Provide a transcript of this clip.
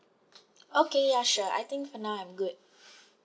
okay ya sure I think for now I'm good